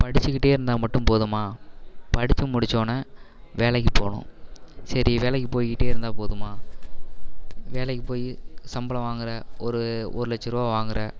படிச்சுகிட்டே இருந்தால் மட்டும் போதுமா படித்து முடித்தோனே வேலைக்கு போகணும் சரி வேலைக்கு போய்கிட்டே இருந்தால் போதுமா வேலைக்கு போய் சம்பளம் வாங்கிற ஒரு ஒரு லட்சம் ரூபா வாங்கிற